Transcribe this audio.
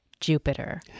Jupiter